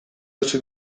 oso